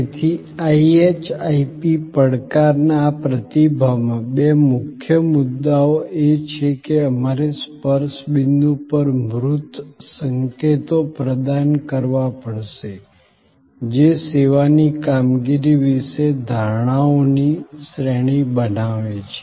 તેથી IHIP પડકારના આ પ્રતિભાવમાં બે મુખ્ય મુદ્દાઓ એ છે કે અમારે સ્પર્શ બિંદુ પર મૂર્ત સંકેતો પ્રદાન કરવા પડશે જે સેવાની કામગીરી વિશે ધારણાઓની શ્રેણી બનાવે છે